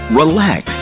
relax